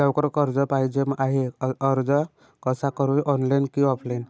लवकर कर्ज पाहिजे आहे अर्ज कसा करु ऑनलाइन कि ऑफलाइन?